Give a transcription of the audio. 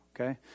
okay